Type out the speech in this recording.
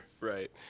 right